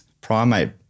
primate